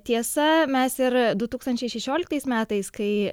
tiesa mes ir du tūkstančiai šešioliktais metais kai